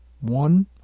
one